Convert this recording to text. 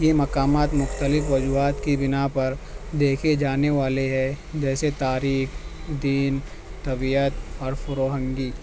یہ مقامات مختلف وجوہات کی بنا پر دیکھے جانے والے ہے جیسے تاریخ دین طبیعت اور فرہنگی